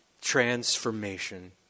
transformation